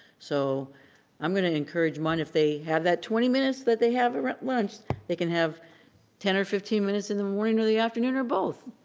so i'm gonna encourage mine, if they have that twenty minutes that they have around lunch they can have ten or fifteen minutes in the morning or the afternoon or both.